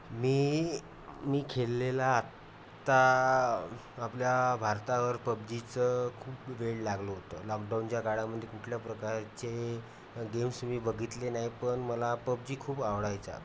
मी मी खेळलेला आत्ता आपल्या भारतावर पबजीचं खूप वेड लागलं होतं लॉकडाऊनच्या काळामध्ये कुठल्या प्रकारचे गेम्स मी बघितले नाही पण मला पबजी खूप आवडायचा